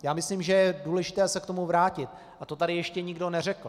Já myslím, že je důležité se k tomu vrátit, a to tady ještě nikdo neřekl.